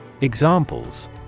Examples